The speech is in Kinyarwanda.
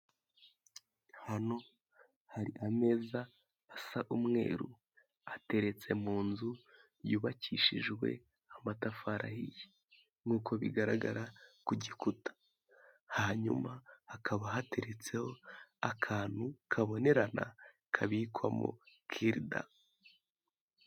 Ahantu hari ameza asa umweru ateretse mu nzu yubakishijwe amatafari ahiye nkuko bigaragara ku gikuta hanyuma hakaba hateretseho akantu kabonerana kabikwamo kirida.